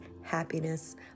happiness